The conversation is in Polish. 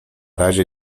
razie